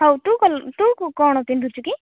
ହଉ ତୁ ତୁ କ'ଣ ପିନ୍ଧୁଛୁ କି